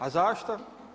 A zašto?